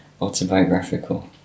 Autobiographical